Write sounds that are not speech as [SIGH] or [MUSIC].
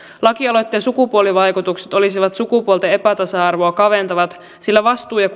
lakialoitteen sukupuolivaikutukset olisivat sukupuolten epätasa arvoa kaventavat sillä vastuu ehkäisystä ja [UNINTELLIGIBLE]